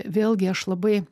vėlgi aš labai